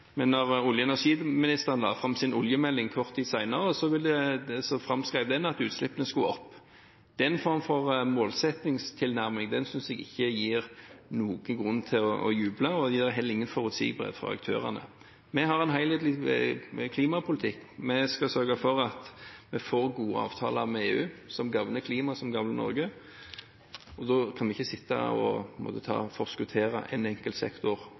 men da olje- og energiministeren la fram sin oljemelding kort tid senere, framskrev den at utslippene skulle opp. Den form for målsettingstilnærming synes jeg ikke gir noen grunn til å juble, og det gir heller ingen forutsigbarhet for aktørene. Vi har en helhetlig klimapolitikk. Vi skal sørge for at vi får gode avtaler med EU som gagner klimaet, og som gagner Norge. Da kan vi ikke sitte og forskuttere en enkelt sektor